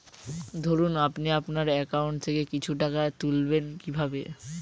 ধরুন আপনি আপনার একাউন্ট থেকে কিছু টাকা তুলবেন কিভাবে?